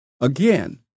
again